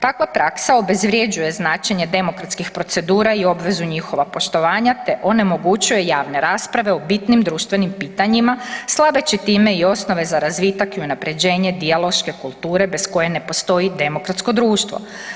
Takva praksa obezvrjeđuje značenje demokratskih procedura i obvezu njihova poštovanja te onemogućuje javne rasprave o bitnim društvenim pitanjima slabeći time i osnove za razvitak i unapređenje dijaloške kulture bez koje ne postoji demokratsko društvo.